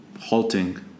halting